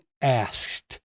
asked